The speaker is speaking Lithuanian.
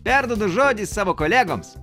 perduodu žodį savo kolegoms